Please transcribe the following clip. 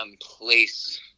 place